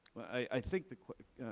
i think the question,